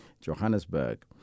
Johannesburg